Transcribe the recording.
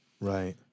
Right